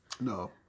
no